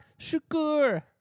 Shukur